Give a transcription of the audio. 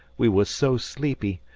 we was so sleepy.